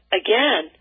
again